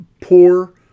poor